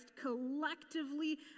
collectively